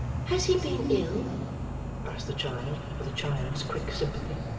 has he been ill asked the child, with a child's quick sympathy.